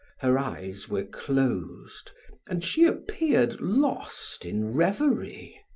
her eyes were closed and she appeared lost in reverie.